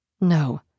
No